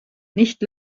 nicht